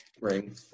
ring